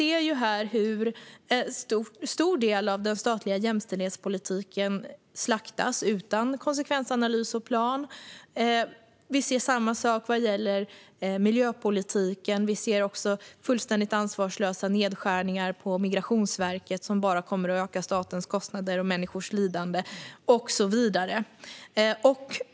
En stor del av den statliga jämställdhetspolitiken slaktas nu utan konsekvensanalys och plan. Samma sak gäller miljöpolitiken. Det görs också fullständigt ansvarslösa nedskärningar på Migrationsverket som bara kommer att öka statens kostnader och människors lidande och så vidare.